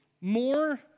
more